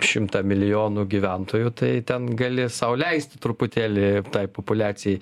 šimtą milijonų gyventojų tai ten gali sau leisti truputėlį tai populiacijai